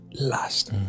last